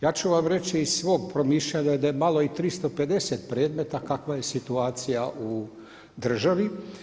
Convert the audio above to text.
Ja ću vam reći iz svog promišljanja da je malo i 350 predmeta kakva je situacija u državi.